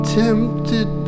tempted